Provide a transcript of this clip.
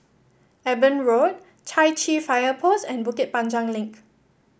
Eben Road Chai Chee Fire Post and Bukit Panjang Link